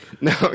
no